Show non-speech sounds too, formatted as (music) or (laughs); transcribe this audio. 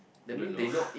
don't know (laughs)